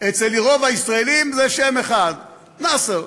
אצל רוב הישראלים זה שם אחד: נאסר.